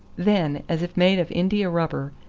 then, as if made of india-rubber,